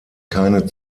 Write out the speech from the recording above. keine